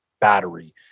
battery